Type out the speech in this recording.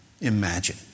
Imagine